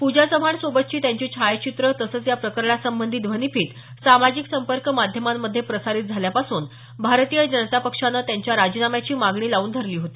पूजा चव्हाण सोबतची त्यांची छायाचित्रं तसंच या प्रकरणासंबंधी ध्वनिफीत सामाजिक संपर्क माध्यमांमध्ये प्रसारित झाल्यापासून भारतीय जनता पक्षानं त्यांच्या राजीनाम्याची मागणी लावून धरली होती